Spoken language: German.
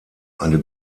eine